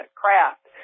craft